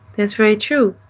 that's very true.